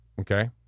okay